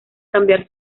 cambiar